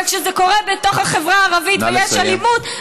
אבל כשזה קורה בתוך החברה הערבית, כי יש אלימות,